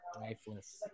lifeless